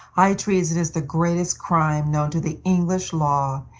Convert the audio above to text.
high treason is the greatest crime known to the english law,